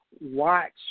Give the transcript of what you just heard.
watch